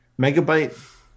Megabyte